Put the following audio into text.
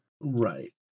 Right